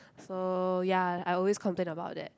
so ya I always complain about that